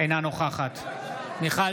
בעד נאור